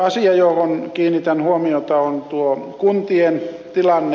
asia johon kiinnitän huomiota on kuntien tilanne